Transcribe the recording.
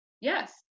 yes